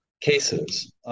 cases